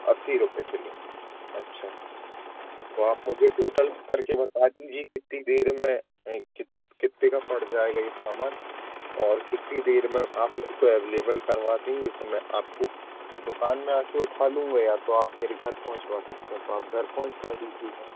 अस्सी रुपये किलो अच्छा तो आप मुझे टोटल करके बता दीजिए कितनी देर में कित कितने का पड़ जाएगा ये सामान और कितनी देर में आप मेरे को अवेलेबल करवा देंगे तो मैं आपको कि दुकान में आ कर उठा लूँगा या तो आप मेरे घर पहुँचवा सकते हैं तो आप घर पहुँचवा दीजिएगा